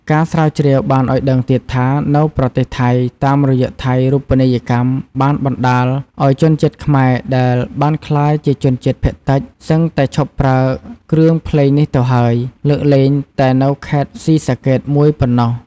ការស្រាវជ្រាវបានឲ្យដឹងទៀតថា នៅប្រទេសថៃ តាមរយៈថៃរូបនីយកម្មបានបណ្តាលឲ្យជនជាតិខ្មែរដែលបានក្លាយជាជនជាតិភាគតិចសឹងតែឈប់ប្រើគ្រឿងភ្លេងនេះទៅហើយ លើកលែងតែនៅខេត្តស៊ីសាកេតមួយប៉ុណ្ណោះ។